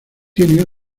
tiene